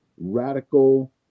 radical